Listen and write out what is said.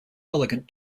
elegant